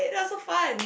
and that was so fun